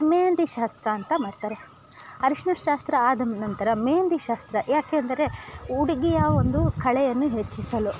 ಮೆಹಂದಿ ಶಾಸ್ತ್ರ ಅಂತ ಮಾಡ್ತಾರೆ ಅರಿಶ್ಣ ಶಾಸ್ತ್ರ ಆದ ನಂತರ ಮೆಹಂದಿ ಶಾಸ್ತ್ರ ಯಾಕೆ ಅಂದರೆ ಹುಡ್ಗಿಯ ಒಂದು ಕಳೆಯನ್ನು ಹೆಚ್ಚಿಸಲು